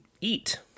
eat